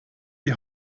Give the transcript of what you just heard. die